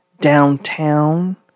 downtown